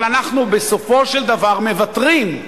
אבל אנחנו בסופו של דבר מוותרים.